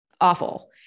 awful